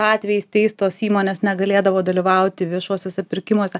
atvejais teistos įmonės negalėdavo dalyvauti viešuosiuose pirkimuose